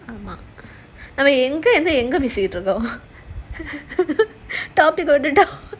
ஆமா அவ எங்க இருந்து எங்க பேசிட்ருக்கா:aamaa ava enga irunthu enga pesitrukaa topic விட்டுட்டு:vituttu